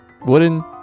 wooden